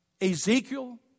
Ezekiel